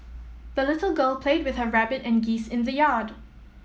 the little girl played with her rabbit and geese in the yard